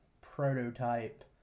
prototype